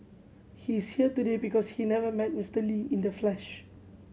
he's here today because he never met Mister Lee in the flesh